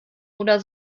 oder